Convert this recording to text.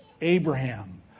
Abraham